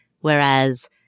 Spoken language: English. whereas